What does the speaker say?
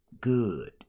good